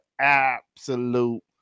absolute